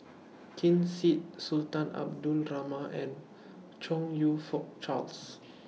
Ken Seet Sultan Abdul Rahman and Chong YOU Fook Charles